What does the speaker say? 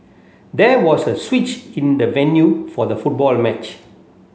there was a switch in the venue for the football match